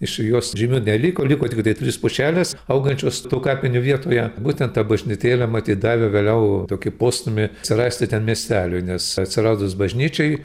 iš jos žymių neliko liko tiktai trys pušelės augančios tų kapinių vietoje būtent ta bažnytėlė matyt davė vėliau tokį postūmį atsirasti ten miesteliui nes atsiradus bažnyčiai